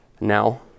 Now